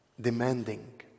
demanding